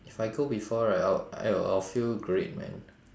if I go before right I wou~ I wou~ I'll feel great man